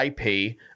ip